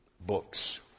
books